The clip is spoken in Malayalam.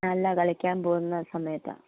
അല്ല കളിക്കാൻ പോവുന്ന സമയത്താണ്